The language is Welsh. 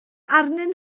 arnyn